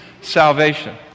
salvation